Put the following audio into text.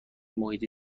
محیط